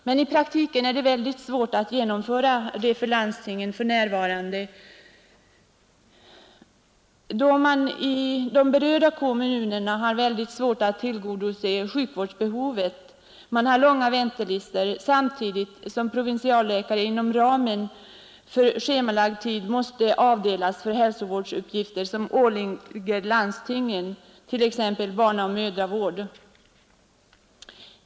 Men i praktiken är det mycket besvärligt för landstingen att genomföra detta för närvarande, då man i de berörda kommunerna har svårt att tillgodose sjukvårdsbehovet — det finns långa väntelistor — samtidigt som provinsialläkare inom ramen för schemalagd tid måste avdelas för hälsovårdsuppgifter som åligger landstingen, t.ex. barnaoch mödravård.